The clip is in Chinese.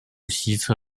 西侧